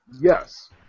Yes